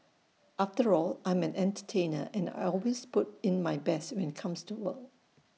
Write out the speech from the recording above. after all I'm an entertainer and I always put in my best when comes to work